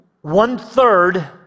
one-third